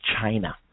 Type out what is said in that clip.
China